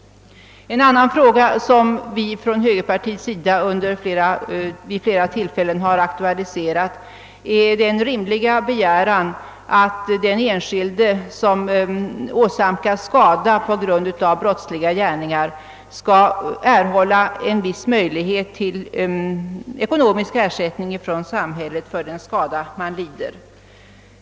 En annan fråga — som vi från högerpartiets sida vid flera tillfällen har aktualiserat — är den rimliga begäran att den enskilde, som åsamkats skada på grund av brottsliga gärningar, skall få en viss möjlighet till ekonomisk ersättning från samhället för liden skada.